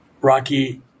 Rocky